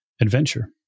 adventure